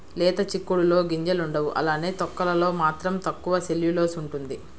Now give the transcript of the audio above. లేత చిక్కుడులో గింజలుండవు అలానే తొక్కలలో మాత్రం తక్కువ సెల్యులోస్ ఉంటుంది